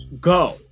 go